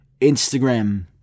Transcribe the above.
Instagram